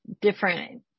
different